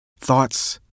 Thoughts